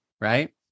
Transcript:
right